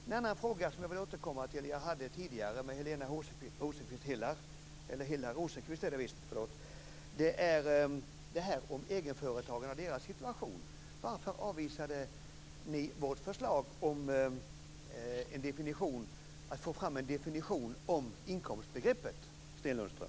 En annan fråga som jag vill återkomma till, som jag hade uppe tidigare med Helena Hillar Rosenqvist, är det här med egenföretagarna och deras situation. Varför avvisade ni vårt förslag om att få fram en definition på inkomstbegreppet, Sten Lundström?